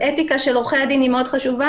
אז אתיקה של עורכי הדין היא מאוד חשובה.